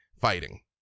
fighting